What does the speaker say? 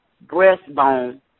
breastbone